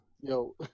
yo